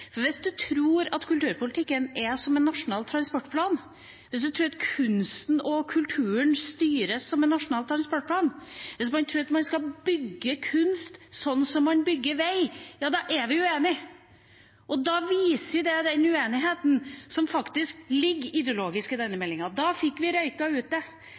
Hvis man tror at kulturpolitikken er som en nasjonal transportplan, hvis man tror at kunsten og kulturen styres som en nasjonal transportplan, hvis man tror at man skal bygge kunst sånn som man bygger vei, ja, da er vi uenige. Da viser det den ideologiske uenigheten som faktisk ligger i denne meldinga. Da fikk vi